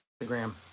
Instagram